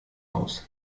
aus